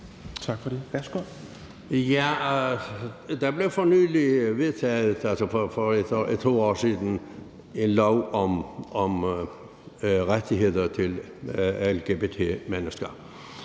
Der blev for nylig vedtaget, altså for 2 år siden, en lov om rettigheder til lgbt-mennesker,